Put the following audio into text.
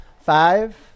five